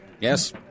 Yes